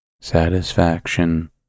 satisfaction